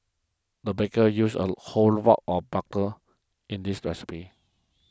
the baker used a whole block of bucker in this recipe